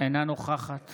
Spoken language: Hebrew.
אינה נוכחת